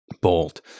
bold